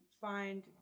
find